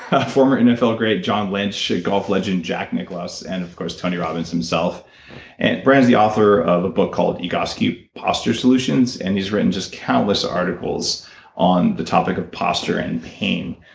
ah former nfl great john lynch, golf legend jack nicklaus, and of course tony robbins himself and brian is the author of a book called egoscue posture solutions, and he's written just countless articles on the topic of posture and pain.